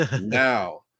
now